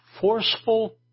forceful